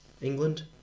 England